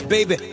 Baby